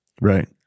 Right